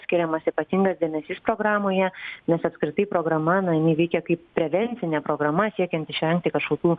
skiriamas ypatingas dėmesys programoje nes apskritai programa na jinai veikia kaip prevencinė programa siekiant išvengti kažkokių